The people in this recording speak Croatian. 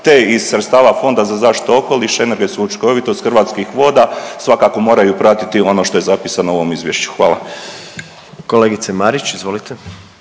te iz sredstava Fonda za zaštitu okoliša i energetsku učinkovitost, Hrvatskih voda svakako moraju pratiti ono što je zapisano u ovom izvješću. Hvala. **Jandroković, Gordan